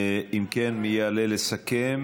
אם כן, מי יעלה לסכם?